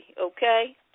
okay